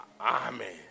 Amen